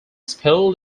spell